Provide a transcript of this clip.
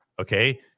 okay